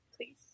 Please